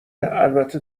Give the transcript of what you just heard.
البته